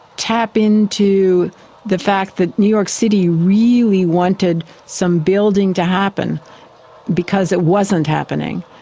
tap into the fact that new york city really wanted some building to happen because it wasn't happening.